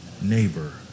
Neighbor